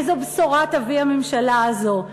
איזו בשורה תביא הממשלה הזאת?